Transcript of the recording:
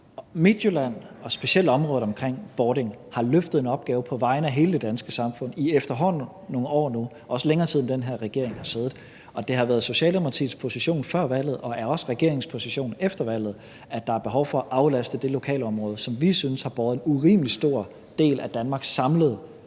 Midtjylland og specielt området omkring Bording har løftet en opgave på vegne af hele det danske samfund i efterhånden nogle år – og også i længere tid, end den her regering har siddet. Og det har været Socialdemokratiets position før valget og er også regeringens position efter valget, at der er behov for at aflaste det lokalområde, som vi synes har båret en urimelig stor del af Danmarks samlede